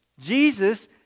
Jesus